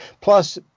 plus